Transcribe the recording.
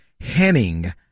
Henning